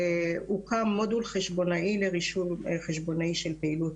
הוקם מודול חשבונאי לרישום חשבונאי של פעילות